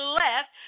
left